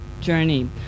journey